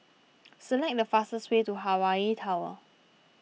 select the fastest way to Hawaii Tower